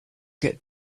get